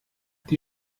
die